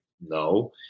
no